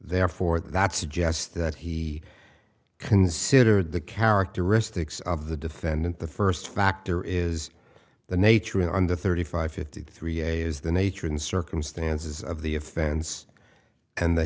therefore that suggests that he considered the characteristics of the defendant the first factor is the nature in under thirty five fifty three is the nature and circumstances of the offense and the